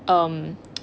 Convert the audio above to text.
um